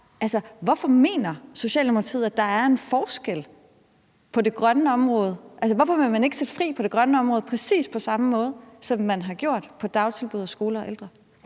Hvorfor mener Socialdemokratiet, at der er en forskel på det grønne område? Hvorfor vil man ikke sætte fri på det grønne område præcis på samme måde, som man har gjort på områderne for dagtilbud, skoler og ældre?